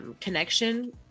connection